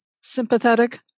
sympathetic